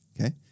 Okay